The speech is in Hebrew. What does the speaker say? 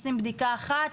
עושים בדיקה אחת,